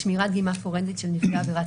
שמירת דגימה פורנזית של נפגעי עבירת